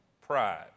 Pride